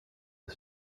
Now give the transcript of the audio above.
his